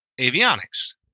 avionics